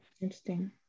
interesting